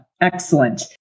Excellent